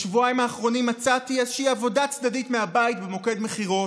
בשבועיים האחרונים מצאתי איזושהי עבודה צדדית מהבית במוקד מכירות,